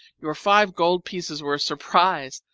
your five gold pieces were a surprise!